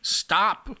stop